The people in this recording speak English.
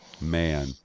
Man